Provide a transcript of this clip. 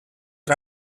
try